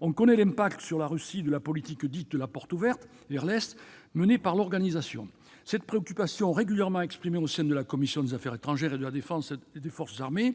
On connaît l'impact sur la Russie de la politique dite de la « porte ouverte » vers l'Est, menée par l'organisation. C'est une préoccupation régulièrement exprimée au sein de la commission des affaires étrangères, de la défense et des forces armées.